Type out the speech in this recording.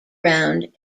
round